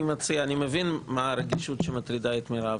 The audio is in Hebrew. אני מבין מה הרגישות שמטרידה את מירב.